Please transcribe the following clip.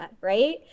right